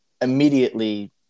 immediately